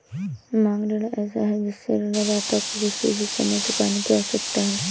मांग ऋण ऐसा है जिससे ऋणदाता को किसी भी समय चुकाने की आवश्यकता है